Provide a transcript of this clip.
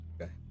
Okay